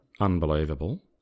unbelievable